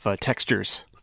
textures